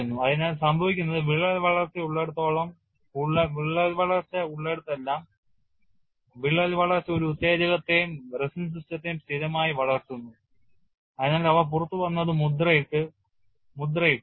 അതിനാൽ സംഭവിക്കുന്നത് വിള്ളൽ വളർച്ചയുള്ളിടത്തെല്ലാം വിള്ളൽ വളർച്ച ഒരു ഉത്തേജകത്തെയും റെസിൻ സിസ്റ്റത്തെയും സ്ഥിരമായി വളർത്തുന്നു അതിനാൽ അവർ പുറത്തുവന്ന് അത് മുദ്രയിട്ടു